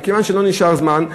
מכיוון שלא נשאר זמן,